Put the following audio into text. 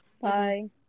Bye